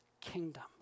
kingdom